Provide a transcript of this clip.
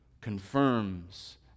confirms